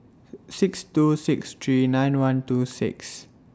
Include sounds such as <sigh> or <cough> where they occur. <hesitation> six two six three nine one two six